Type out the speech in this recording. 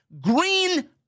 green